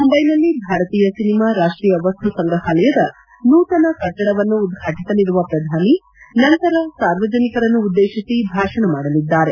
ಮುಂಬೈನಲ್ಲಿ ಭಾರತೀಯ ಸಿನೆಮಾ ರಾಷ್ಟೀಯ ವಸ್ತು ಸಂಗ್ರಹಾಲಯದ ನೂತನ ಕಟ್ಟಡವನ್ನು ಉದ್ಘಾಟಿಸಲಿರುವ ಪ್ರಧಾನಿ ನಂತರ ಸಾರ್ವಜನಿಕರನ್ನುಉದ್ದೇಶಿಸಿ ಭಾಷಣ ಮಾಡಲಿದ್ದಾರೆ